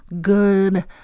good